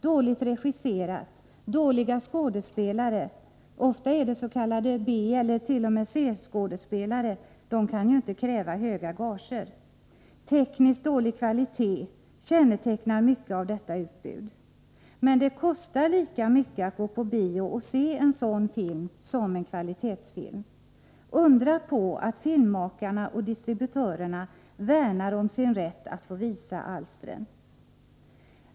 dålig regi, dåliga skådespelare, som ofta är s.k. B eller t.o.m. C-skådespelare, som ju inte kan kräva höga gager, och tekniskt dålig kvalitet kännetecknar mycket av detta utbud. Men det kostar lika mycket att gå på bio och se en sådan film som en kvalitetsfilm. Undra på att filmmakarna och distributörerna värnar om sin rätt att få visa alstren!